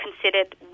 considered